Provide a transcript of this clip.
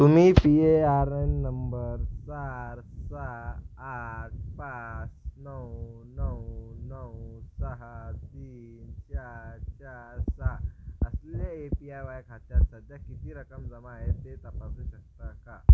तुम्ही P A R N number चार सहा आठ पाच नऊ नऊ नऊ सहा तीन चार चार सहा असलेल्या ए पी आय वाय खात्यात सध्या किती रक्कम जमा आहे ते तपासू शकता का